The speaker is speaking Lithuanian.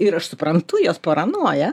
ir aš suprantu jos paranoją